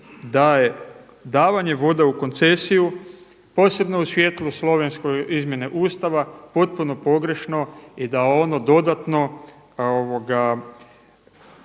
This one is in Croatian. da je davanje vode u koncesiju posebno u svijetlu slovenske izmjene Ustava potpuno pogrešno i da ono dodatno